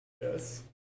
Yes